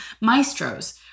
maestros